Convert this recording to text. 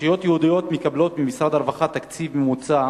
רשויות יהודיות מקבלות ממשרד הרווחה תקציב ממוצע